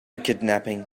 kidnapping